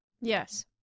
Yes